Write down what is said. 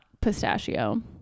pistachio